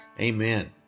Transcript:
Amen